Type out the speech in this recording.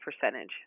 percentage